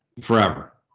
forever